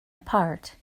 apart